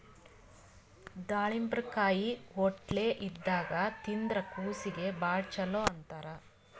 ದಾಳಿಂಬರಕಾಯಿ ಹೊಟ್ಲೆ ಇದ್ದಾಗ್ ತಿಂದ್ರ್ ಕೂಸೀಗಿ ಭಾಳ್ ಛಲೋ ಅಂತಾರ್